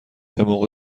موقع